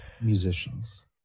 musicians